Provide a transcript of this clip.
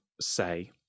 say